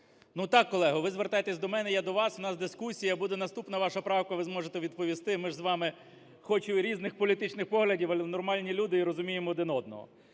Ну так, колего, ви звертаєтеся до мене, я до вас, у нас дискусія. Буде наступна ваша правка - ви зможете відповісти. Ми з вами хоч і різних політичних поглядів, але нормальні люди і розуміємо один одного.